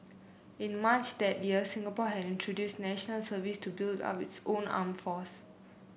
in March that year Singapore had introduced National Service to build up its own armed force